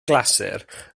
glasur